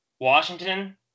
Washington